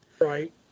Right